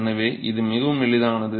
எனவே இது மிகவும் எளிதானது